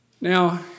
Now